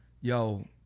Yo